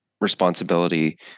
responsibility